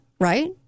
right